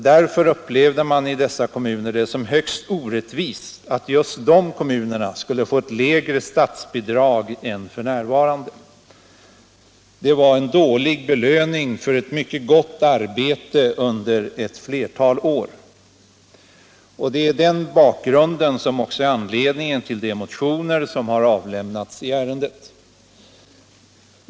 Därför upplevde man det som högst orättvist att just de kommunerna skulle få ett lägre statsbidrag än f. n. Det var en dålig belöning för ett mycket gott arbete under ett flertal år. Det är detta som också är anledningen till de motioner som har avlämnats i ärendet.